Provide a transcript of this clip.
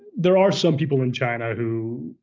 there are some people in china who,